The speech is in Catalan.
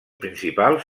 principals